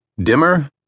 dimmer